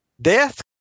Death